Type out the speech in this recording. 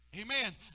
Amen